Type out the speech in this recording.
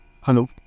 Hello